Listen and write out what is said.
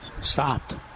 stopped